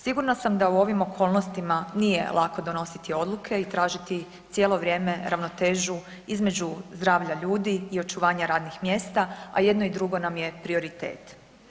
Sigurna sam da u ovim okolnostima nije lako donositi odluke i tražiti cijelo vrijeme ravnotežu između zdravlja ljudi i očuvanja radnih mjesta, a i jedno i drugo nam je prioritet.